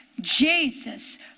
Jesus